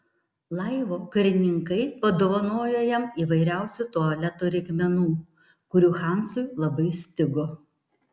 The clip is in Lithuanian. laivo karininkai padovanojo jam įvairiausių tualeto reikmenų kurių hansui labai stigo